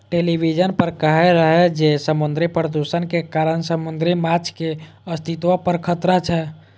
television पर कहै रहै जे समुद्री प्रदूषण के कारण समुद्री माछक अस्तित्व पर खतरा छै